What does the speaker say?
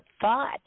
thought